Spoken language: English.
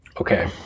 Okay